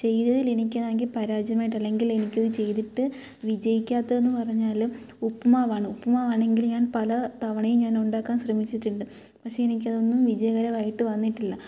ചെയ്തതിൽ എനിക്ക് ആണെങ്കിൽ പരാജയമായിട്ട് അല്ലെങ്കിൽ എനിക്കത് ചെയ്തിട്ട് വിജയിക്കാത്തതെന്ന് പറഞ്ഞാൽ ഉപ്പുമാവാണ് ഉപ്പുമാവാണെങ്കിൽ ഞാൻ പല തവണയും ഞാനുണ്ടാക്കാൻ ശ്രമിച്ചിട്ടുണ്ട് പക്ഷേ എനിക്കതൊന്നും വിജയകരമായിട്ട് വന്നിട്ടില്ല